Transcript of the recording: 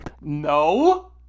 No